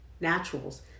naturals